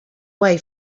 way